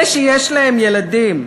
אלה שיש להם ילדים,